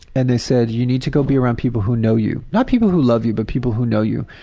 and they said, you need to go be around people who know you. not people who love you, but people who know you.